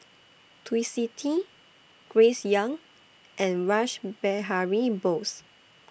Twisstii Grace Young and Rash Behari Bose